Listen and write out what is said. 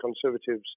Conservatives